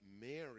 Mary